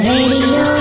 Radio